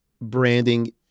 branding